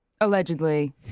Allegedly